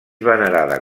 venerada